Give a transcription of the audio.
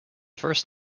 first